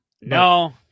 No